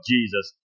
Jesus